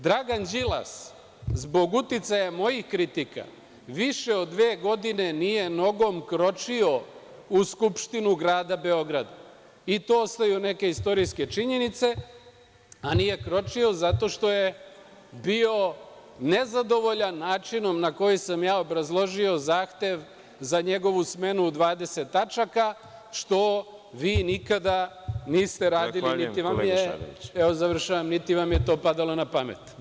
Dragan Đilas, zbog uticaja mojih kritika, više od dve godine nije nogom kročio u Skupštinu grada Beograda, i to ostaju neke istorijske činjenice, a nije kročio zato što je bio nezadovoljan načinom na koji sam ja obrazložio zahtev za njegovu smenu u 20 tačaka, što vi nikada niste radili, niti vam je to padalo na pamet.